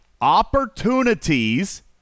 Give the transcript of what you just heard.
opportunities